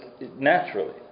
naturally